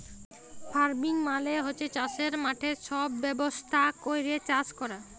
farming মালে হছে চাষের মাঠে ছব ব্যবস্থা ক্যইরে চাষ ক্যরা